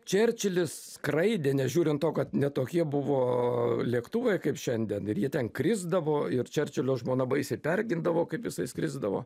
čerčilis skraidė nežiūrint to kad ne tokie buvo lėktuvai kaip šiandien ir jie ten krisdavo ir čerčilio žmona baisiai pergindavo kaip jisai skrisdavo